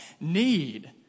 need